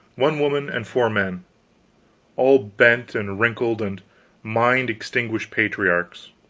one woman and four men all bent, and wrinkled, and mind-extinguished patriarchs.